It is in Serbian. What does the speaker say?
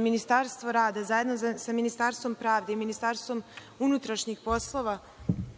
Ministarstvo rada, zajedno sa Ministarstvom pravde i Ministarstvom unutrašnjih poslova